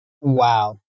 Wow